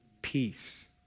Peace